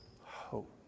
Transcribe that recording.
hope